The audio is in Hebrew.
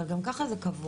אבל גם ככה זה קבור,